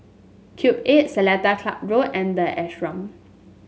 Cube Eight Seletar Club Road and the Ashram